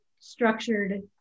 structured